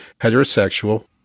heterosexual